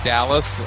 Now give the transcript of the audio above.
Dallas